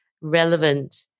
relevant